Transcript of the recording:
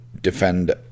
defend